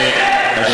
מאיר, תישאר.